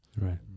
Right